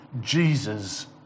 Jesus